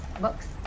Books